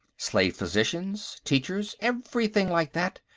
slave physicians, teachers, everything like that.